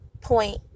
point